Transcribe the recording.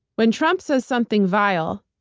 when trump says something vile,